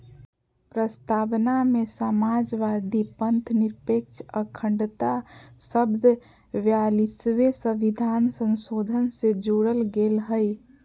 प्रस्तावना में समाजवादी, पथंनिरपेक्ष, अखण्डता शब्द ब्यालिसवें सविधान संशोधन से जोरल गेल हइ